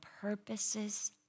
purposes